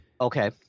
Okay